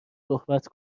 صحبت